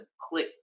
click